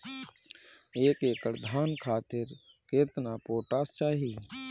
एक एकड़ धान खातिर केतना पोटाश चाही?